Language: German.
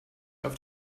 auf